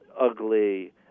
ugly